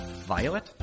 Violet